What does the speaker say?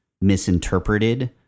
misinterpreted